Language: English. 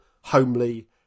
homely